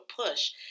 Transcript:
push